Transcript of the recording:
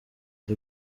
the